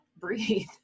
breathe